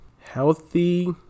healthy